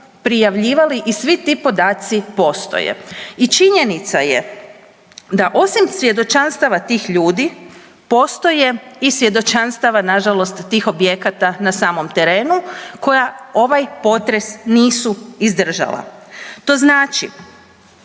prijavljivali i svi ti podaci postoje. I činjenica je da osim svjedočanstava tih ljudi postoje i svjedočanstava na žalost tih objekata na samom terenu koja ovaj potres nisu izdržala. To znači